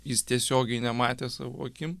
jis tiesiogiai nematė savo akim